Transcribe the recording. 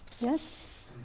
Yes